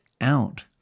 out